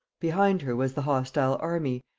behind her was the hostile army,